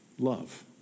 Love